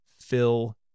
fill